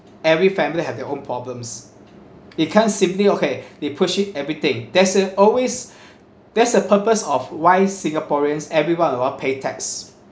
every family have their own problems it can't simply okay they pushing everything there's a always there's a purpose of why singaporeans everyone of us pay tax the